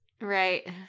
Right